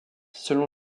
selon